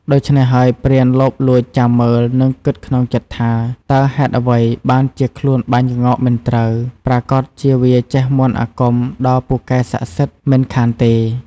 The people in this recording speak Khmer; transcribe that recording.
ដូច្នេះហើយព្រានលបលួចចាំមើល និងគិតក្នុងចិត្ដថា តើហេតុអ្វីបានជាខ្លួនបាញ់ក្ងោកមិនត្រូវ ប្រាកដជាវាចេះមន្ដអាគមដ៏ពូកែស័ក្ដិសិទ្ធិមិនខានទេ។